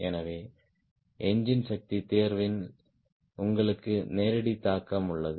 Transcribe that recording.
எனவே என்ஜின் சக்தி தேர்வில் உங்களுக்கு நேரடி தாக்கம் உள்ளது